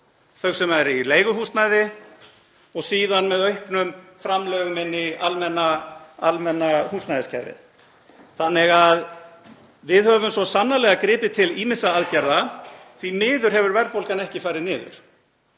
þeim sem eru í leiguhúsnæði, og síðan með auknum framlögum inn í almenna húsnæðiskerfið. Við höfum því svo sannarlega gripið til ýmissa aðgerða. Því miður hefur verðbólgan ekki farið niður